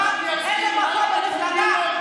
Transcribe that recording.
עם הצביעות שלך ועם העמדות שלך,